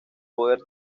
poder